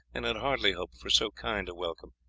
and had hardly hoped for so kind a welcome.